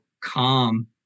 calm –